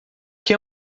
que